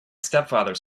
stepfather